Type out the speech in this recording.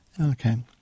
Okay